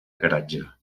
garatge